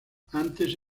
antes